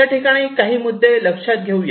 याठिकाणी काही मुद्दे लक्षात घेऊया